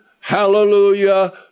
Hallelujah